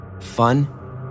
Fun